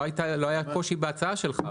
לא היה קושי בהצעה שלך.